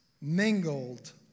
mingled